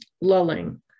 lulling